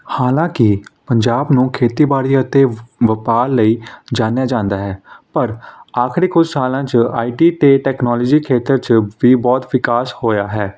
ਹਾਲਾਂਕਿ ਪੰਜਾਬ ਨੂੰ ਖੇਤੀਬਾੜੀ ਅਤੇ ਵਪਾਰ ਲਈ ਜਾਣਿਆ ਜਾਂਦਾ ਹੈ ਪਰ ਆਖਰੀ ਕੁਝ ਸਾਲਾਂ 'ਚ ਆਈ ਟੀ ਅਤੇ ਟੈਕਨੋਲੋਜੀ ਖੇਤਰ 'ਚ ਵੀ ਬਹੁਤ ਵਿਕਾਸ ਹੋਇਆ ਹੈ